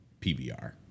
PBR